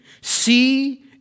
see